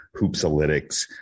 Hoopsalytics